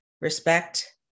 respect